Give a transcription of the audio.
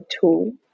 tool